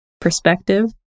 perspective